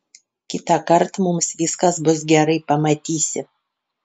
kitąkart mums viskas bus gerai pamatysi